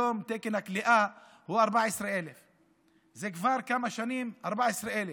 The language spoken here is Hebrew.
תקן הכליאה הוא 14,000. זה כבר כמה שנים 14,000,